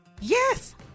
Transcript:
Yes